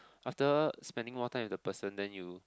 after spending more time with the person then you